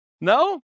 no